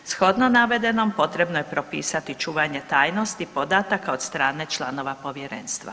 Shodno navedenom potrebno je propisati čuvanje tajnosti podataka od strane članova povjerenstva.